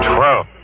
Twelve